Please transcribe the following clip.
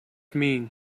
mean